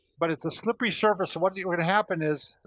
but it's a slippery surface, so what you're gonna happen is.